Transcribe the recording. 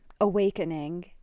awakening